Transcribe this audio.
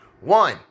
One